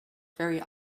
very